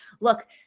Look